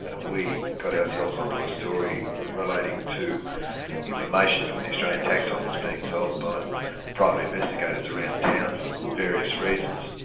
ah we got ourselves on to a story relating to information from the australian tax office being sold by private investigators around town for various reasons.